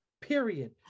period